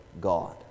God